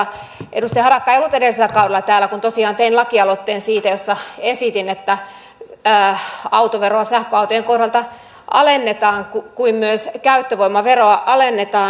edustaja harakka ei ollut edellisellä kaudella täällä kun tosiaan tein siitä lakialoitteen jossa esitin että autoveroa sähköautojen kohdalta alennetaan kuin myös käyttövoimaveroa alennetaan